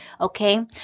Okay